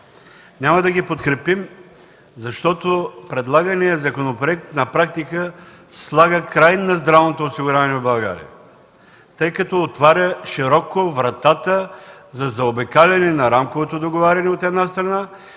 Няма да ги подкрепим, защото предлаганият законопроект на практика слага край на здравното осигуряване в България, тъй като отваря широко вратата за заобикаляне на рамковото договаряне – от една страна,